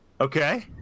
Okay